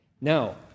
Now